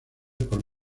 por